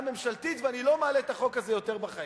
ממשלתית ואני לא מעלה את החוק הזה יותר בחיים.